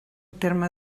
terme